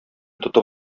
тотып